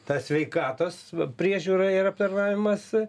ta sveikatos priežiūra ir aptarnavimas